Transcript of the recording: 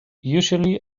usually